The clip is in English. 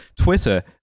Twitter